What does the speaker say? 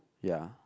ya